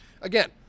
again